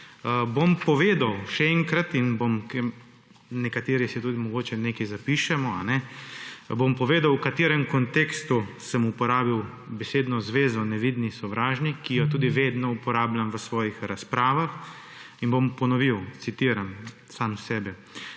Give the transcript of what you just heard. Bom povedal, še enkrat in bom, nekateri si tudi mogoče kaj zapišemo, kajne, bom povedal, v katerem kontekstu sem uporabil besedno zvezo nevidni sovražnik, ki jo tudi vedno uporabljam v svojih razpravah in bom ponovil, citiram, sam sebe: